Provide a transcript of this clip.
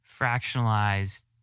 fractionalized